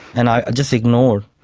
and i just ignored.